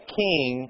king